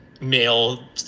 male